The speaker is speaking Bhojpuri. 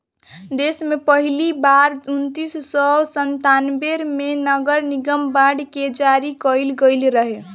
देस में पहिली बार उन्नीस सौ संतान्बे में नगरनिगम बांड के जारी कईल गईल रहे